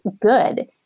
good